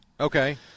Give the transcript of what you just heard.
Okay